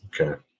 Okay